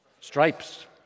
Stripes